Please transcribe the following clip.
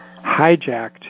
hijacked